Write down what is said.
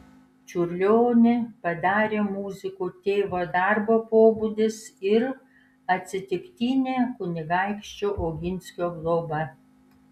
čiurlionį padarė muziku tėvo darbo pobūdis ir atsitiktinė kunigaikščio oginskio globa